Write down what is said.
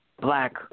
black